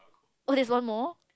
oh there's one more